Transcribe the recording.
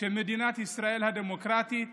אינני בטוח שהוא נמצא,